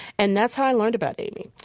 and that's how i learned about aimee.